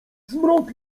zmrok